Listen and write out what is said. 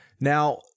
Now